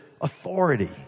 authority